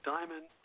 Diamond